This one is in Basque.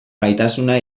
gaitasuna